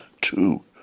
two